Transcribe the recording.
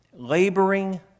laboring